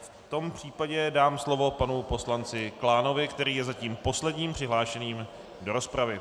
V tom případě dám slovo panu poslanci Klánovi, který je zatím posledním přihlášeným do rozpravy.